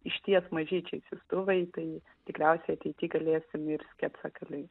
išties mažyčiai siųstuvai tai tikriausiai ateity galėsim ir sketsakaliui